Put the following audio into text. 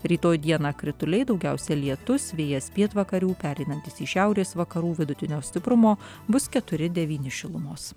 rytoj dieną krituliai daugiausia lietus vėjas pietvakarių pereinantis į šiaurės vakarų vidutinio stiprumo bus keturi devyni šilumos